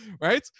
right